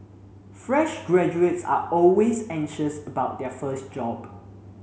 fresh graduates are always anxious about their first job